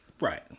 Right